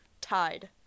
tied